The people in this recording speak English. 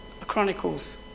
Chronicles